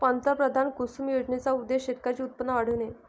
पंतप्रधान कुसुम योजनेचा उद्देश शेतकऱ्यांचे उत्पन्न वाढविणे